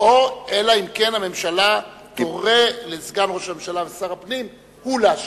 אלא אם כן הממשלה תורה לסגן ראש הממשלה ושר הפנים שהוא ישיב.